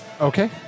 Okay